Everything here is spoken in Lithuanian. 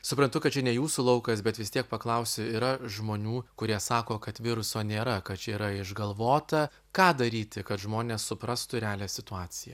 suprantu kad čia ne jūsų laukas bet vis tiek paklausiu yra žmonių kurie sako kad viruso nėra kad čia yra išgalvota ką daryti kad žmonės suprastų realią situaciją